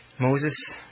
Moses